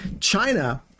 China